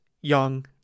young